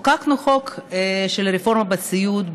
חוקקנו חוק של רפורמה בסיעוד,